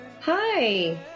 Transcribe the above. Hi